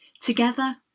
Together